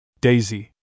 Daisy